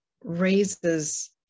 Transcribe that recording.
raises